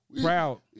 Proud